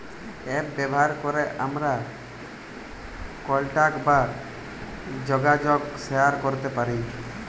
app ব্যাভার ক্যরে আমরা কলটাক বা জ্যগাজগ শেয়ার ক্যরতে পারি